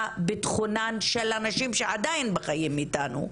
ביטחונן של הנשים שעדיין בחיים איתנו,